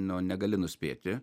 nu negali nuspėti